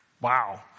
Wow